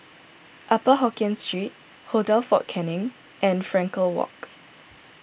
Upper Hokkien Street Hotel fort Canning and Frankel Walk